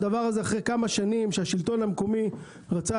אחרי כמה שנים שבהן השלטון המקומי רצה